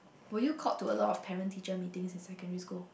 were you called to a lot of parent teacher meeting in secondary school